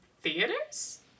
theaters